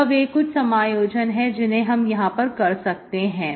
यह वे कुछ समायोजन है जिन्हें हम यहां पर कर सकते हैं